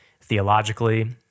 theologically